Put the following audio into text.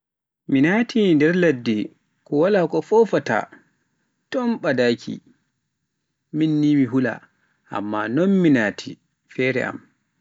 Mi naati nder ladde ko wala ko fofaata, e tom ɓadaaki, minni mi hula amma non mi naati fere am,.